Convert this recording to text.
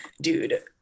dude